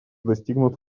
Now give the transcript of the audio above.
достигнут